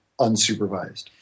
unsupervised